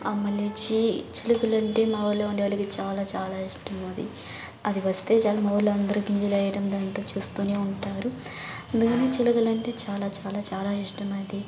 మళ్ళీ వచ్చి చిలుకలు అంటే మా ఊళ్ళో ఉండేవాళ్ళకి చాలా చాలా ఇష్టం అది అది వస్తే చాలు మా ఊళ్ళో అందరు గింజలు వేయడం ఇదంతా చేస్తు ఉంటారు అందుకని చిలకలు అంటే చాలా చాలా చాలా ఇష్టం మాకి